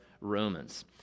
Romans